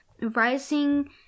Rising